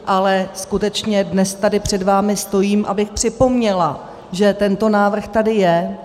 Ale skutečně dnes tady před vámi stojím, abych připomněla, že tento návrh tady je.